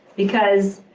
because,